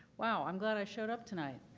wow, i'm glad i showed up tonight.